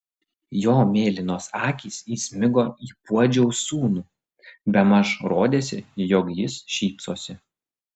jo mėlynos akys įsmigo į puodžiaus sūnų bemaž rodėsi jog jis šypsosi